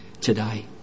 today